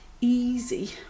easy